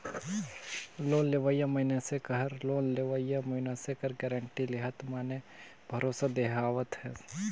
loan लेवइया मइनसे कहर लोन लेहोइया मइनसे कर गारंटी लेहत माने भरोसा देहावत हस